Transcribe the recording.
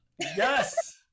yes